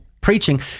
preaching